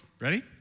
Ready